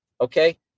Okay